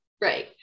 right